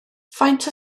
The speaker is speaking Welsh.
faint